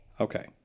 Okay